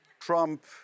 Trump